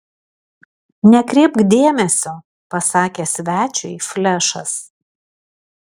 nekreipk dėmesio pasakė svečiui flešas